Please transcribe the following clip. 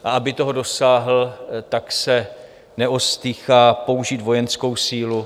A aby toho dosáhl, tak se neostýchá použít vojenskou sílu.